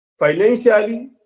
Financially